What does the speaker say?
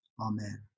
Amen